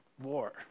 war